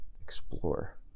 explore